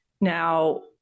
Now